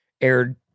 aired